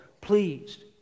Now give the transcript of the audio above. pleased